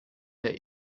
der